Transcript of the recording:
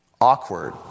awkward